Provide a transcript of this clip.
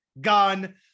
Gun